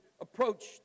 approached